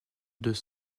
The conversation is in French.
deux